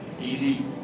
easy